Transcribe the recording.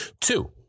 Two